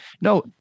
No